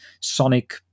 Sonic